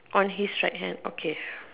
on his right hand okay